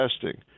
testing